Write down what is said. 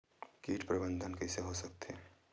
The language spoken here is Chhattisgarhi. कीट प्रबंधन कइसे हो सकथे?